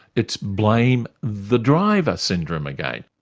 it's blame the driver syndrome again.